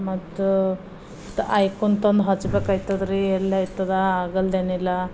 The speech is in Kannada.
ಮತ್ತು ಐಕುಂತಂದು ಹಚ್ಬೇಕಾಯ್ತದ್ರೀ ಎಲ್ಲ ಇರ್ತದ ಆಗಲ್ದೇನಿಲ್ಲ